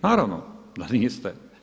Naravno da niste.